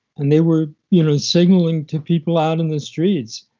and they were you know signaling to people out in the streets